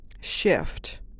shift